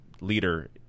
leader